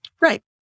Right